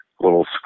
little